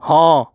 हाँ